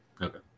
Okay